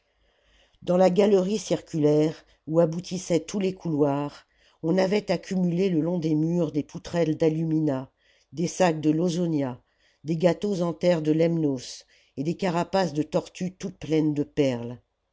dans la galerie circulaire où aboutissaient tous les couloirs on avait accumulé le long des murs des poutrelles d'algummin des sacs de lausonia des gâteaux en terre de lemnos et des carapaces de tortue toutes pleines de perles